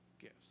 gives